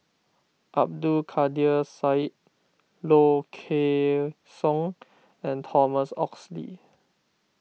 Abdul Kadir Syed Low Kway Song and Thomas Oxley